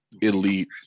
elite